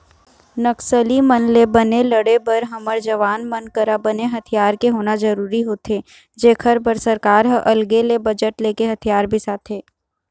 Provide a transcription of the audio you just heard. नक्सली मन ले बने लड़े बर हमर जवान मन करा बने हथियार के होना जरुरी होथे जेखर बर सरकार ह अलगे ले बजट लेके हथियार बिसाथे